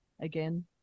again